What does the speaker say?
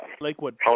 Lakewood